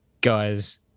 Guys